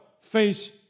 face